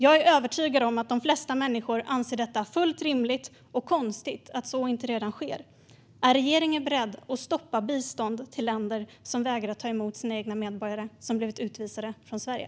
Jag är övertygad om att de flesta människor anser detta fullt rimligt och att det är konstigt att så inte redan sker. Är regeringen beredd att stoppa biståndet till länder som vägrar att ta emot sina egna medborgare som har blivit utvisade från Sverige?